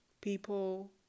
people